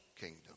kingdom